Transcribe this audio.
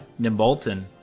Nimbolton